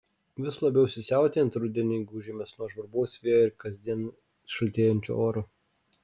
vis labiau įsisiautėjant rudeniui gūžiamės nuo žvarbaus vėjo ir kasdien šaltėjančio oro